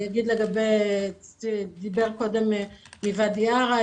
דיבר קודם מוואדי עארה,